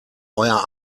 euer